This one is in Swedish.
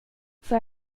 för